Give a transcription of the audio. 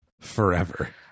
Forever